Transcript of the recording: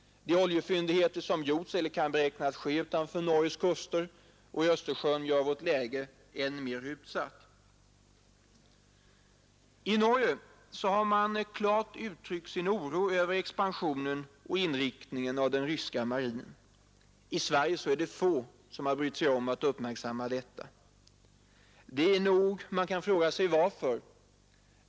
De oljefyndigheter som gjorts eller kan beräknas göras utanför Norges kuster och i Östersjön gör vårt läge än mer utsatt. I Norge har man klart uttryckt sin oro över expansionen och inriktningen av den ryska marinen. I Sverige har få brytt sig om att uppmärksamma detta. Man kan fråga sig varför.